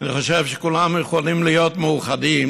אני חושב שכולם יכולים להיות מאוחדים